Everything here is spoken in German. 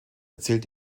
erzählt